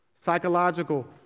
psychological